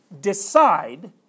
decide